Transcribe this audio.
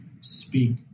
speak